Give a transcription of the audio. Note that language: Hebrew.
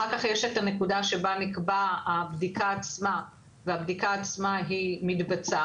אחר כך יש את הנקודה שבה נקבעה הבדיקה עצמה והבדיקה עצמה מתבצעת,